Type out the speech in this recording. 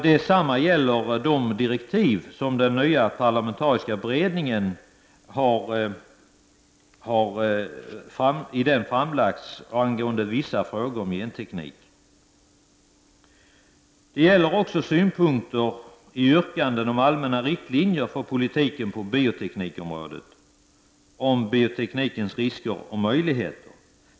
Detsamma gäller de direktiv angående vissa frågor om genteknik som har utfärdats för den nya parlamentariska beredningen. Detta gäller också synpunkter i yrkanden om allmänna riktlinjer för politiken på bioteknikområdet vad gäller bioteknikens risker och möjligheter.